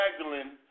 Magdalene